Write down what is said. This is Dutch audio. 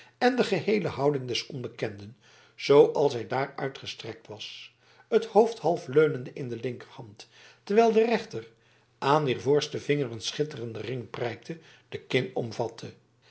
en de geheele houding des onbekenden zooals hij daar uitgestrekt was het hoofd half leunende in de linkerhand terwijl de rechter aan wier voorste vinger een schitterende ring prijkte de kin omvatte